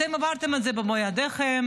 אתם העברתם את זה במו ידיכם,